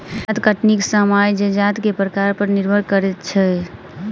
जजाति कटनीक समय जजाति के प्रकार पर निर्भर करैत छै